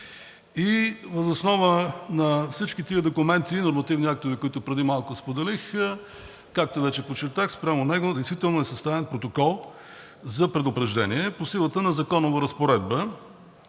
е. Въз основа на всички тези документи и нормативни актове, които преди малко споделих, както вече подчертах, спрямо него действително е съставен протокол за предупреждение по силата на законова разпоредба